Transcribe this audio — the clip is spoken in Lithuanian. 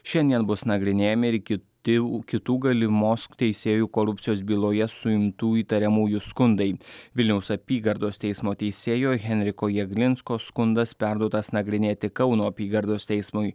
šiandien bus nagrinėjami ir kiti kitų galimos teisėjų korupcijos byloje suimtų įtariamųjų skundai vilniaus apygardos teismo teisėjo henriko jaglinsko skundas perduotas nagrinėti kauno apygardos teismui